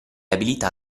abilità